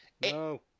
No